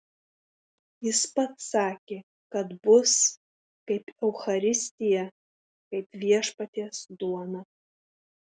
jis pats sakė kad bus kaip eucharistija kaip viešpaties duona